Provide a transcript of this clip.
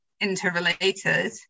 interrelated